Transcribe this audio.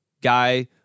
guy